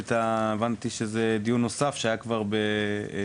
והבנתי שזה דיון נוסף לדיון שהיה כבר בנובמבר,